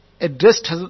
addressed